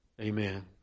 Amen